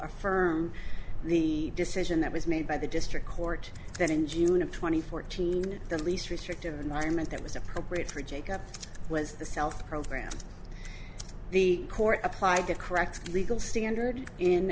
are firm the decision that was made by the district court that in june of two thousand and fourteen the least restrictive environment that was appropriate for jacob was the self program the court applied the correct legal standard in